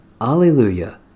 Alleluia